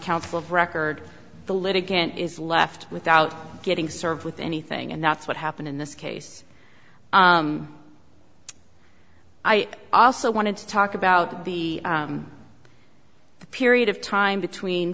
counsel of record the litigant is left without getting served with anything and that's what happened in this case i also wanted to talk about the the period of time between